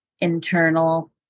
internal